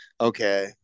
okay